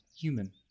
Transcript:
human